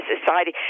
society